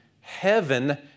Heaven